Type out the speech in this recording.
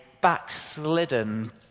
backslidden